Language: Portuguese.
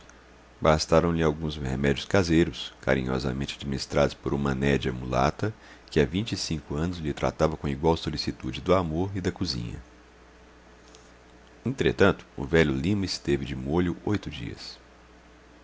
médico bastaram lhe alguns remédios caseiros carinhosamente administrados por uma nédia mulata que há vinte e cinco anos lhe tratava com igual solicitude do amor e da cozinha entretanto o velho lima esteve de molho oito dias